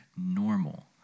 normal